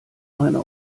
meine